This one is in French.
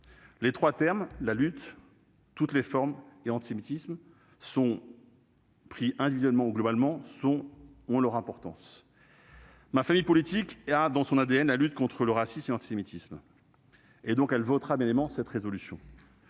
de termes, « lutte »,« toutes les formes » et « antisémitisme », pris individuellement ou globalement, ont leur importance. Ma famille politique a dans son ADN la lutte contre le racisme et l'antisémitisme ; elle votera donc évidemment cette proposition